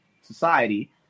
Society